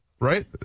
right